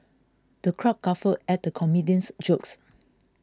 the crowd guffawed at the comedian's jokes